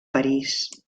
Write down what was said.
parís